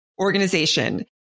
organization